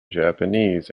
japanese